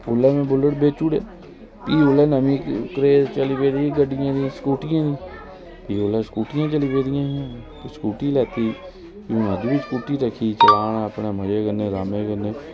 उसलै में बुल्लट बेची ओड़ेआ फ्ही रेस चली बेदी गडियें दी स्कूटियें दी फ्ही स्कूटियां चली पेदी हिंया स्कूटी लैती चलाना अपने मजे कन्नै आरामै नै